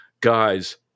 Guys